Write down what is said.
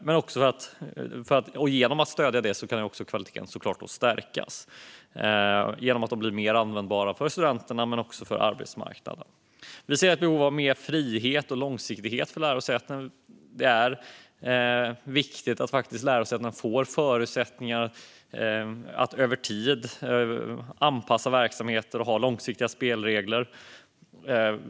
Detta kan såklart också stärka kvaliteten genom att utbildningarna blir mer användbara för studenterna och för arbetsmarknaden. Vi ser ett behov av mer frihet och långsiktighet för lärosätena. Det är viktigt att lärosätena får förutsättningar att över tid anpassa verksamheter och ha långsiktiga spelregler.